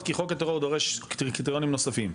כי חוק הטרור דורש קריטריונים נוספים,